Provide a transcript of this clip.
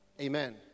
Amen